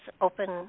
open